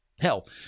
Hell